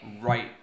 right